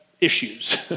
issues